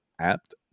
apt